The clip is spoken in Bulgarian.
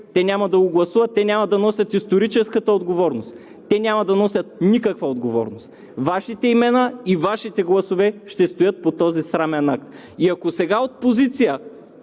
те няма да го гласуват, те няма да носят историческата отговорност, те няма да носят никаква отговорност. Вашите имена и Вашите гласове ще стоят под този срамен акт. И ако сега от позиция